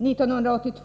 På hösten 1983